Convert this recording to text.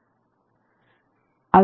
ഞാൻ ഇത് മായ്ക്കട്ടെ